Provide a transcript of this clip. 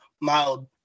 mild